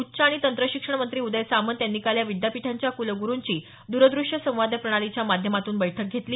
उच्च आणि तंत्र शिक्षण मंत्री उदय सामंत यांनी काल या विद्यापीठांच्या कुलगुरुंची द्रदृष्य संवाद प्रणालीच्या माध्यमातून बैठक घेतली